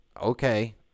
okay